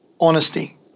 honesty